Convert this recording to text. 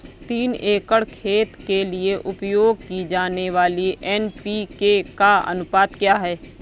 तीन एकड़ खेत के लिए उपयोग की जाने वाली एन.पी.के का अनुपात क्या है?